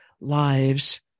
lives